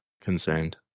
concerned